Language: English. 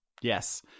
Yes